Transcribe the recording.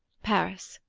paris,